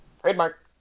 Trademark